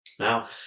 Now